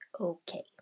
okay